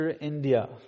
India